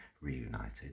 reunited